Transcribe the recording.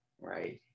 right